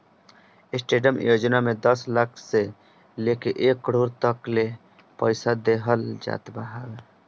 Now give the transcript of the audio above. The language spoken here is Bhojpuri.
स्टैंडडप योजना में दस लाख से लेके एक करोड़ तकले पईसा देहल जात हवे